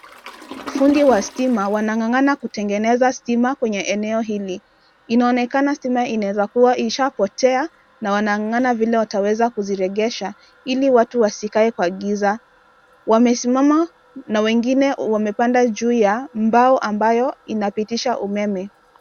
Fundi wa stima, wanang'ang'ana kutengeneza stima kwenye eneo hili, inaonekana stima inaeza kuwa ishapotea, na wanang'ang'ana vile wataweza kuziregesha, ili watu wasikae kwa giza, wamesimama, na wengine wamepanda juu ya, mbao ambayo inapitisha umeme.